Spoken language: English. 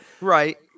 Right